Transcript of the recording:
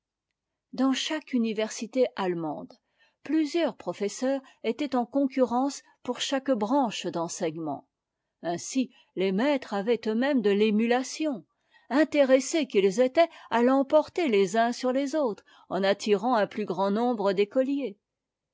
dans chaque université allemande plusieurs professeurs étaient en concurrence pour chaque branche d'enseignement ainsi les ma tres avaient euxmêmes de l'émulation intéressés qu'ils étaient à l'emporter les uns sur lès autres en attirant un plus grand nombre d'éeotiers